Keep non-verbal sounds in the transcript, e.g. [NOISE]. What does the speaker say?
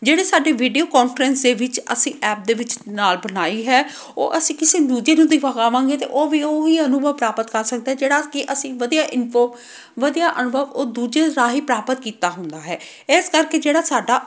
ਜਿਹੜੇ ਸਾਡੇ video conference ਦੇ ਵਿੱਚ ਅਸੀਂ ਐਪ ਦੇ ਵਿੱਚ ਨਾਲ ਬਣਾਈ ਹੈ ਉਹ ਅਸੀਂ ਕਿਸੇ ਦੂਜੇ ਨੂੰ ਦਿਖਾਵਾਂਗੇ ਤਾਂ ਉਹ ਵੀ ਉਹ ਹੀ ਅਨੁਭਵ ਪ੍ਰਾਪਤ ਕਰ ਸਕਦਾ ਜਿਹੜਾ ਕਿ ਅਸੀਂ ਵਧੀਆ [UNINTELLIGIBLE] ਵਧੀਆ ਅਨੁਭਵ ਉਹ ਦੂਜੇ ਰਾਹੀਂ ਪ੍ਰਾਪਤ ਕੀਤਾ ਹੁੰਦਾ ਹੈ ਇਸ ਕਰਕੇ ਜਿਹੜਾ ਸਾਡਾ